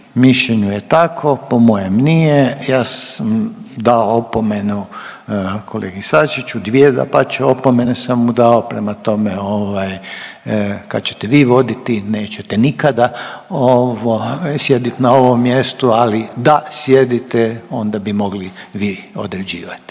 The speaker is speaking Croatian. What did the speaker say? mišljenju je tako, po mojem nije. Ja sam dao opomenu kolegi Sačiću, dvije dapače opomene sam mu dao prema tome kad ćete vi voditi, nećete nikada ovaj sjedit na ovom mjestu, ali da sjedite onda bi mogli vi određivati.